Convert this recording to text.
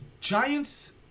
Giants